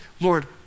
Lord